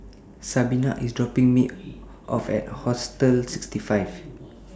Sabina IS dropping Me off At Hostel sixty five